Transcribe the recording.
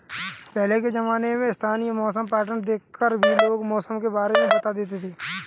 पहले के ज़माने में स्थानीय मौसम पैटर्न देख कर भी लोग मौसम के बारे में बता देते थे